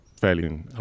fairly